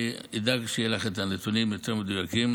אני אדאג שיהיו לך הנתונים היותר-מדויקים,